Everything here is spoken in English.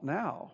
now